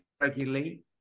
regularly